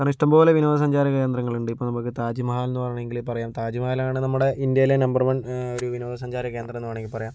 കാരണം ഇഷ്ടംപോലെ വിനോദ സഞ്ചാര കേന്ദ്രങ്ങളുണ്ട് ഇപ്പോൾ നമുക്ക് താജ്മഹൽ എന്നു വേണമെങ്കില് പറയാം താജ്മഹൽ ആണ് നമ്മുടെ ഇന്ത്യയിലെ നമ്പർ വൺ ഒരു വിനോദ സഞ്ചാര കേന്ദ്രം എന്നു വേണമെങ്കിൽ പറയാം